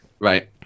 Right